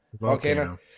Volcano